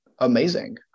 amazing